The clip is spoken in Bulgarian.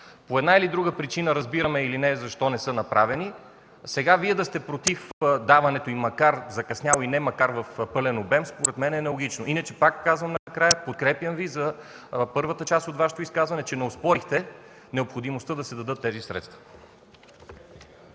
по една или друга причина разбираме или не защо не са направени, сега Вие да сте против даването им, макар закъсняло и макар не в пълен обем, според мен е нелогично. Иначе пак казвам накрая – подкрепям Ви за първата част от Вашето изказване, че не оспорихте необходимостта да се дадат тези средства.